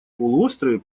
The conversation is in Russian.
полуострове